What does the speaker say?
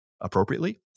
appropriately